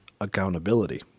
accountability